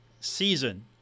season